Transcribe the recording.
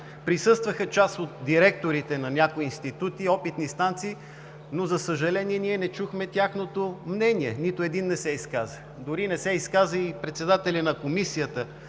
присъстваха част от директорите на някои институти и опитни станции, но, за съжаление, не чухме тяхното мнение. Нито един не се изказа, дори не се изказа и председателят на Комисията